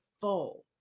full